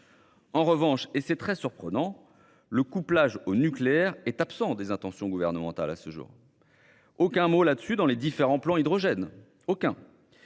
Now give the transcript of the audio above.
En revanche, et c'est très surprenant, le couplage au nucléaire est à ce jour absent des intentions gouvernementales. On ne trouve aucun mot à ce sujet dans les différents plans hydrogène, certes